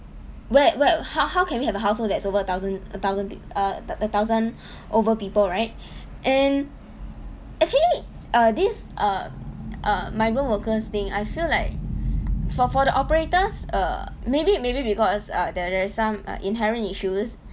where where how how can we have a household that's over a thousand a thousand peop~ err a thousand over people right and actually err these err err migrant workers thing I feel like for for the operators err maybe maybe because uh there are some err inherent issues